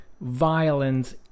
violence